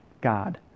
God